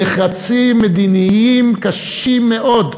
לחצים מדיניים קשים מאוד מארצות-הברית,